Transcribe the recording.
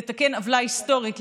לתקן עוולה היסטורית,